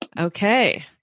Okay